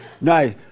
Nice